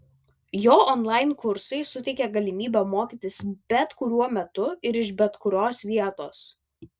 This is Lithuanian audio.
jo onlain kursai suteikė galimybę mokytis bet kuriuo metu ir iš bet kurios vietos